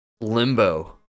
limbo